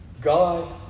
God